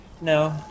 no